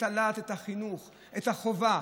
את הלהט, את החינוך, את החובה